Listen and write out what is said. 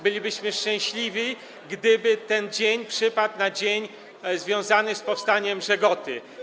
Bylibyśmy szczęśliwi, gdyby ten dzień przypadł na dzień związany z powstaniem „Żegoty”